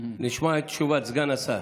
נשמע את תשובת סגן השר.